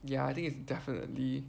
ya I think it's definitely